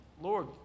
Lord